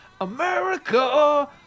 America